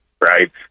right